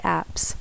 apps